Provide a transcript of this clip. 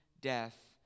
death